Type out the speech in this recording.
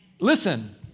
Listen